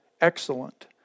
excellent